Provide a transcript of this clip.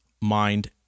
mind